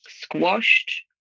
squashed